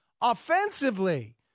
Offensively